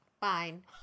Fine